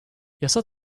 yasa